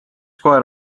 koer